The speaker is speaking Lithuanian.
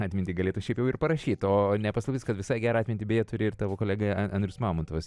atmintį galėtų šiaip jau ir parašyt o ne paslaptis kad visai gerą atmintį beje turi ir tavo kolega andrius mamontovas